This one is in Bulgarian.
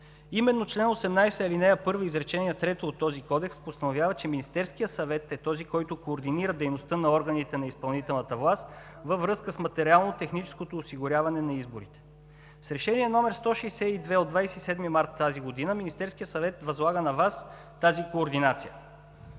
Именно чл. 18, ал. 1, изречение трето от този кодекс постановява, че Министерският съвет е този, който координира дейността на органите на изпълнителната власт във връзка с материално-техническото осигуряване на изборите. С Решение № 162 от 27 март тази година Министерският съвет възлага на Вас тази координация.